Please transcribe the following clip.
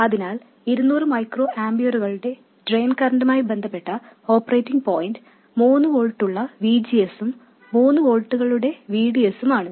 അതിനാൽ 200 മൈക്രോ ആമ്പിയറുകളുടെ ഡ്രെയിൻ കറന്റുമായി ബന്ധപ്പെട്ട ഓപ്പറേറ്റിംഗ് പോയിന്റ് മൂന്ന് വോൾട്ടുള്ള V G S ഉം മൂന്ന് വോൾട്ടുകളുടെ V D S ഉം ആണ്